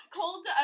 cold